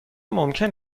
ممکن